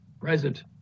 Present